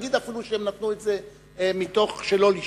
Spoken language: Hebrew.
אפילו שהם נתנו את זה מתוך שלא לשמה.